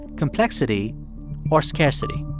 complexity or scarcity